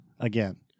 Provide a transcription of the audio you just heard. Again